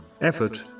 effort